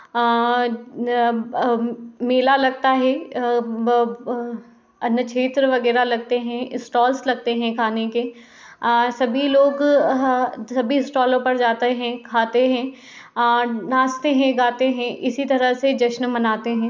मेला लगता है अन्य क्षेत्र वगैरह लगते हैं स्टाल्स लगते है खाने के सभी लोग सभी स्टॉलों पर जाते हैं खाते हैं नाचते हैं गाते हैं इसी तरह से जश्न मानते हैं